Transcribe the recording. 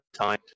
time